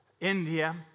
India